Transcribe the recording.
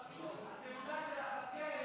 רצונה להחיל דין